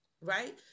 Right